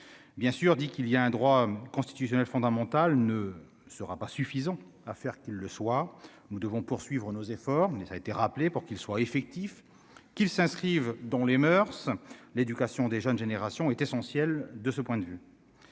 bien sûr, dit qu'il y a un droit constitutionnel fondamental ne sera pas suffisant à faire qu'il le soit, nous devons poursuivre nos efforts mais ça été rappelé pour qu'il soit effectif, qu'il s'inscrive dans les moeurs, l'éducation des jeunes générations est essentiel de ce point de vue,